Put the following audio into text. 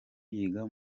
yiga